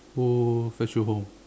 who fetch you home